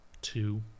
Two